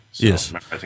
Yes